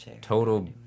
total